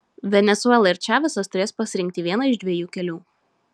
venesuela ir čavesas turės pasirinkti vieną iš dviejų kelių